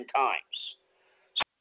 times